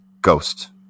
Ghost